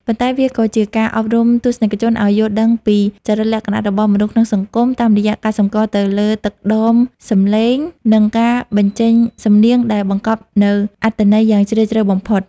ប៉ុន្តែវាក៏ជាការអប់រំទស្សនិកជនឱ្យយល់ដឹងពីចរិតលក្ខណៈរបស់មនុស្សក្នុងសង្គម តាមរយៈការសម្គាល់ទៅលើទឹកដមសំឡេង និងការបញ្ចេញសំនៀងដែលបង្កប់នូវអត្ថន័យយ៉ាងជ្រាលជ្រៅបំផុត។